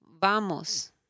vamos